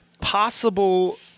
possible